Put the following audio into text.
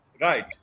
Right